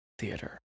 Theater